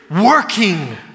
working